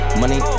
money